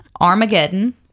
Armageddon